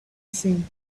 seen